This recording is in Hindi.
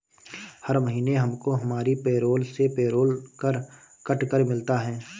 हर महीने हमको हमारी पेरोल से पेरोल कर कट कर मिलता है